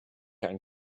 einen